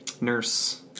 nurse